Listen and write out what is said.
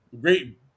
great